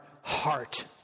heart